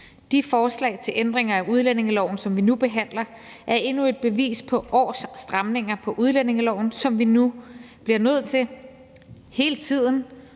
De forslag til ændringer af udlændingeloven, som vi nu behandler, er endnu et bevis på års stramninger på udlændingeloven, som vi nu bliver nødt til hele tiden